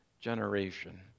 generation